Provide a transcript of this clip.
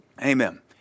Amen